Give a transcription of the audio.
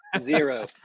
zero